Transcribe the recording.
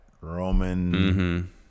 Roman